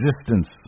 existence